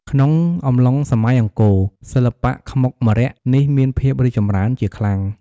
ក្នុងអំឡុងសម័យអង្គរ សិល្បៈខ្មុកម្រ័ក្សណ៍នេះមានភាពរីកចម្រើនជាខ្លាំង។